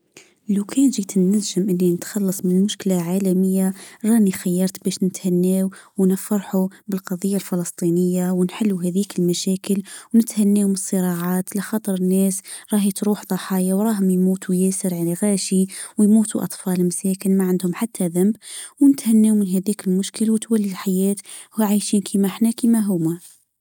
لو كان جيت النجم اللي نتخلص من مشكلة عالمية راني خيرت بس نتهني ونفرحو بالقضية الفلسطينية ونحلو هداك المشاكل ونتهناو للصراعات لخطرنا ناس راهي تروح ضحايا وراه يموتو ياسر عنغاشي ونموتو اطفال مساكن ما عندهم حتى ذنب ونتهنا من هاد المشكل وتواي الحياة وعايشين في كيم احنا كيما هما.